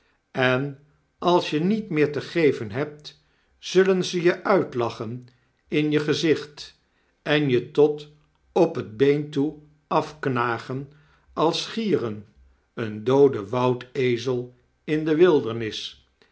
en als je niet meer te geven hebt zullen ze je uitlachen in je gezicht en je tot op het been toe afknagen als gieren een dooden woudezel in de wildernis